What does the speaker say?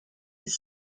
his